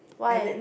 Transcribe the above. why